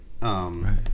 Right